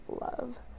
love